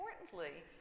importantly